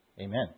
Amen